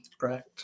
Correct